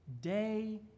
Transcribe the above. day